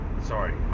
Sorry